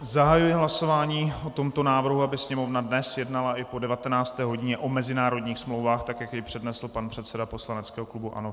Zahajuji hlasování o tomto návrhu, aby Sněmovna dnes jednala i po 19. hodině o mezinárodních smlouvách, tak jak jej přednesl pan předseda poslaneckého klubu ANO Faltýnek.